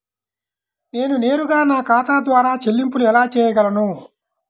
నేను నేరుగా నా ఖాతా ద్వారా చెల్లింపులు ఎలా చేయగలను?